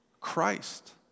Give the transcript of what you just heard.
Christ